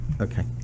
okay